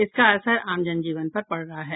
इसका असर आम जनजीवन पर पड़ रहा है